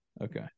Okay